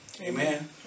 Amen